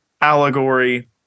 allegory